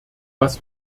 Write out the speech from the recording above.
was